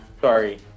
Sorry